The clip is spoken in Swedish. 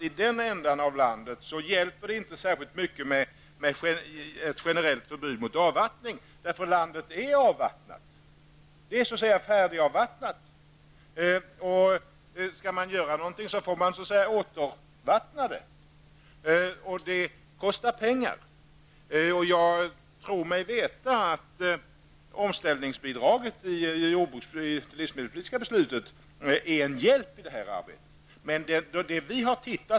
I den delen av landet hjälper det inte särskilt mycket med ett generellt förbud mot avvattning, därför att landet redan är färdigavvattnat. Om något skall göras så får man återvattna det, och det kostar pengar. Jag tror mig veta att omställningsbidraget i det livsmedelspolitiska beslutet är en hjälp i det arbetet.